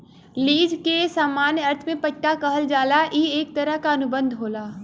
lease के सामान्य अर्थ में पट्टा कहल जाला ई एक तरह क अनुबंध होला